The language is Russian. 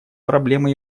проблема